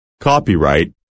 Copyright